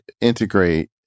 integrate